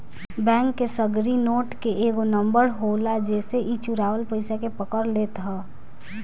bank के सगरी note के एगो नंबर होला जेसे इ चुरावल पईसा के पकड़ लेत हअ